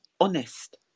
honest